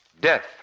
Death